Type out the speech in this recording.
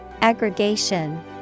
Aggregation